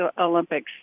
Olympics